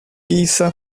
giza